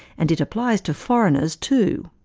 and it applies to foreigners, too.